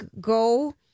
go